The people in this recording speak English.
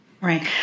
Right